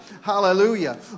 Hallelujah